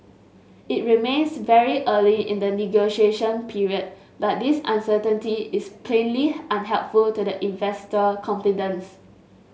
it remains very early in the negotiation period but this uncertainty is plainly unhelpful to the investor confidence